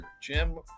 Jim